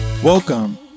Welcome